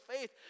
faith